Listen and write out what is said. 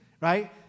right